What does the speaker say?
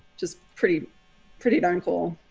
just pretty pretty darn cool.